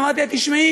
אמרתי לה: תשמעי,